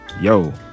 Yo